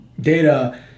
data